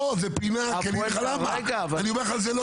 זו פינה כי אני אגיד לך למה, אני אומר לך שזה לא